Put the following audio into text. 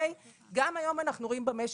גם היום אנחנו רואים במשק,